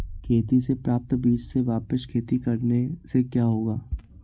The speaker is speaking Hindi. खेती से प्राप्त बीज से वापिस खेती करने से क्या होगा?